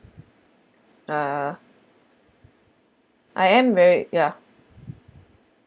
uh I am very ya